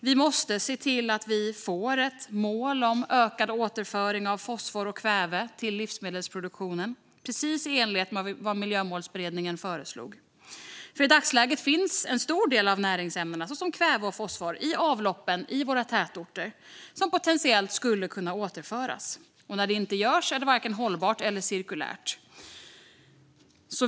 Vi måste se till att vi får ett mål om ökad återföring av fosfor och kväve till livsmedelsproduktionen, precis som Miljömålsberedningen föreslog. I dagsläget finns det en stor del näringsämnen såsom kväve och fosfor i avloppen i våra tätorter som potentiellt skulle kunna återföras. Att det inte görs är varken hållbart eller cirkulärt.